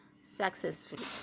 successfully